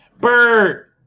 Bert